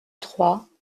trois